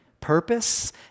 purpose